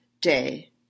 day